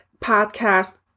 podcast